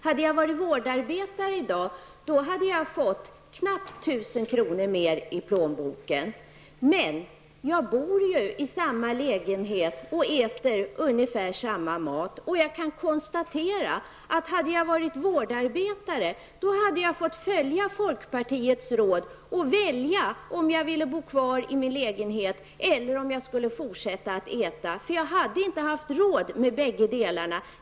Hade jag varit vårdarbetare i dag, hade jag fått knappt 1 000 kr. mer i plånboken. Men jag bor i samma lägenhet och äter ungefär samma mat. Jag kan konstatera att jag, om jag hade varit vårdarbetare, skulle ha fått följa folkpartiets råd och välja om jag ville bo kvar i min lägenhet eller om jag skulle fortsätta att äta. Jag hade nämligen inte haft råd med bägge delarna.